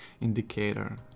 indicator